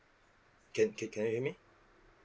can can can you hear me